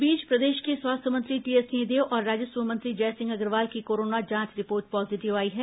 इस बीच प्रदेश के स्वास्थ्य मंत्री टीएस सिंहदेव और राजस्व मंत्री जयसिंह अग्रवाल की कोरोना जांच रिपोर्ट पॉजीटिव आई है